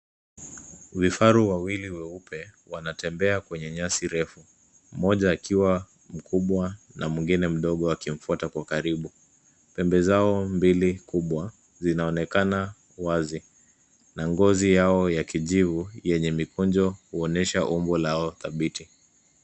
Vifaru wawili weupe wanatembea kwenye nyasi refu, moja akiwa mkubwa na mwingine mdogo akimfuata kwa karibu. Pembe zao mbili kubwa zinaonekana wazi na ngozi yao ya kijivu yenye mikunjo huonyesha umbo lao dhabiti.